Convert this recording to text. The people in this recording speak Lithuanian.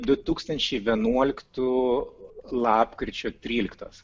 du tūkstančiai vienuoliktų lapkričio tryliktos